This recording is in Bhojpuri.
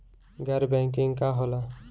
गैर बैंकिंग का होला?